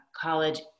college